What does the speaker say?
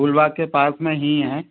फुलबाग़ के पास में ही है